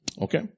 Okay